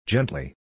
Gently